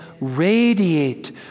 radiate